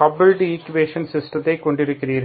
coupled ஈக்குவேஷன்களின் சிஸ்டத்தை கொண்டிருக்கிறீர்கள்